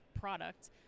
product